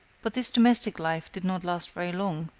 but this domestic life did not last very long.